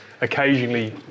occasionally